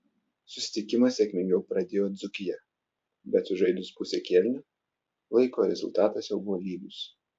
susitikimą sėkmingiau pradėjo dzūkija bet sužaidus pusę kėlinio laiko rezultatas jau buvo lygus